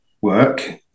work